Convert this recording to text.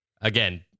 again